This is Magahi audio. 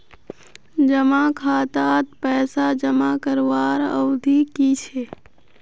जमा खातात पैसा जमा करवार अवधि की छे?